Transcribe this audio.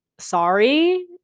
sorry